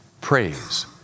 praise